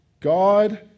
God